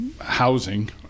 housing